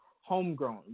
homegrown